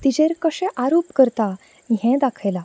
तिचेर कशें आरेप करता ह्यें दाखयला